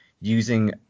using